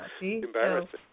embarrassing